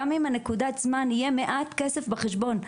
גם אם בנקודת זמן יהיה מעט כסף בחשבון,